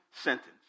sentence